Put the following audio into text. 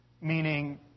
meaning